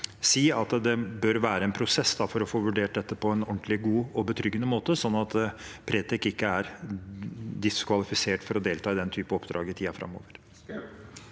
si at det bør være en prosess for å få vurdert dette på en ordentlig, god og betryggende måte, sånn at Pretec ikke er diskvalifisert fra å delta i slike oppdrag i tiden framover.